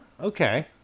okay